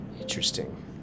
Interesting